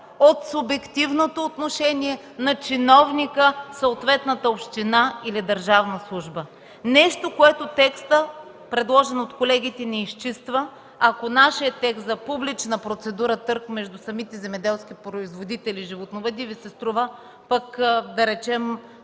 от субективното отношение на чиновника в съответната община или държавна служба. Това е нещо, което текстът, предложен от колегите, не изчиства, макар нашият текст за публична процедура – търг между самите земеделски производители и животновъди, да Ви се струва по-неправилен